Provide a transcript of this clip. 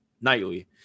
nightly